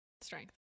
Strength